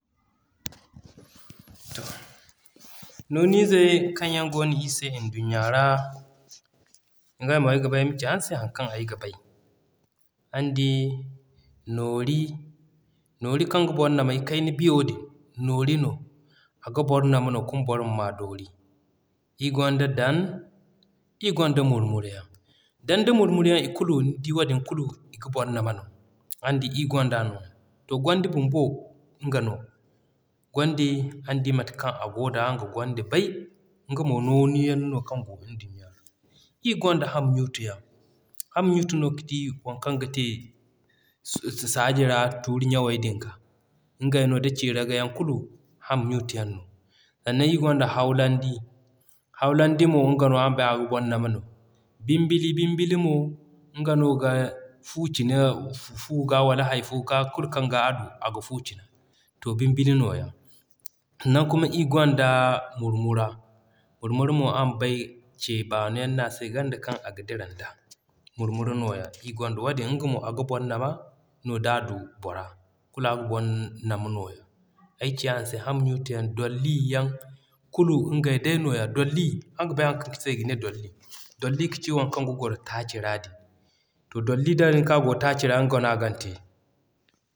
To, Nooni izey kaŋ yaŋ goono iri se nduɲɲa ra, nga mo ayga ba ay ma ci araŋ se haŋ kaŋ ay ga bay. Araŋ di Noori, Noori kaŋ ga boro nama i kayna biyo din, Noori no ga boro nama kuma boro ma maa doori, iri gonda Dan, iri gonda Murmure yaŋ. Dan da Murmure yaŋ nidi i kulu nidi wadin kulu i ga boro nama no, araŋ di ir gonda nooya. To Gondi bumbo nga no; Gondi araŋ di mate kaŋ a goo da araŋ ga Gondi bay nga mo Nooni yaŋ no kaŋ goo nduɲɲa ra. Iri gonda Ham ɲuutu yaŋ; Ham ɲuutu no kaci waŋ kaŋ ga te saaji ra tuuri ɲaŋey din ga, ngey no da Ciraga yaŋ kulu Ham ɲuutu yaŋ no. Sannan ir gonda Haw londi; Haw londi mo araŋ bay aga boro nama no. Bimbili bimbili mo nga no ga Fu cina Fu ga wala hay fo ga kulu kaŋ ga a du aga Fu cina; to Bimbili nooya. Sannan kuma ir gonda Murmura; Murmura mo araŋ bay ce baano yaŋ no ase ganda kaŋ aga dira nda Murmura nooya iri gonda wadin nga mo aga boro nama no d'a du bora kulu aga boro nama nooya. Ay ci araŋ se Dolli yaŋ kulu ngey day nooya Dolli. Araŋ bay haŋ kaŋ se i ga ne Dolli? Dolli kaci waŋ kaŋ ga goro Taaci ra din. To Dolli da naŋ kaŋ a goo Taaci ra nga no a gan te.